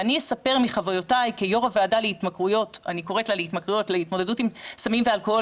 ואני אספר מחוויותיי כיו"ר הוועדה להתמודדות עם סמים ואלכוהול